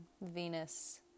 venus